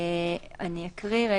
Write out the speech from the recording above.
אקריא: